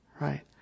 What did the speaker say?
right